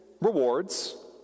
rewards